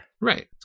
Right